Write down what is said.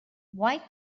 why